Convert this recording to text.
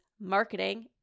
marketing